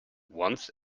once